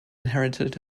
inherited